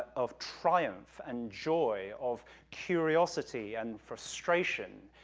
of triumph and joy, of curiosity and frustration.